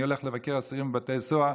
אני הולך לבקר אסירים בבתי הסוהר,